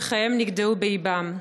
שחייהם נגדעו באבם,